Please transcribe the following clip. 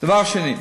סומכת עליך.